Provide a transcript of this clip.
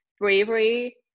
bravery